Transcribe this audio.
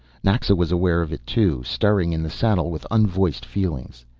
naxa was aware of it too, stirring in the saddle with unvoiced feelings.